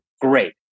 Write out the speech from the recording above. great